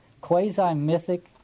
quasi-mythic